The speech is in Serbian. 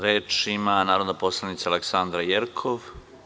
Reč ima narodni poslanik Aleksandra Jerkov.